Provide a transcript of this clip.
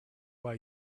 why